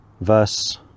verse